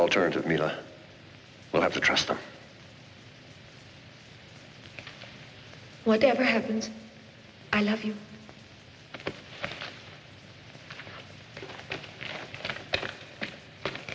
alternative media will have to trust them